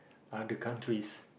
other countries